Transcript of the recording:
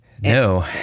No